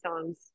songs